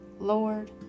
Lord